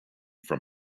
from